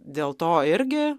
dėl to irgi